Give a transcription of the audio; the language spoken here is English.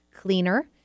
cleaner